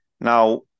Now